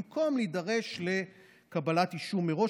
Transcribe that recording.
במקום להידרש לקבלת אישור מראש,